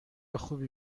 خوبی